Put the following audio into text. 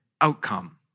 outcome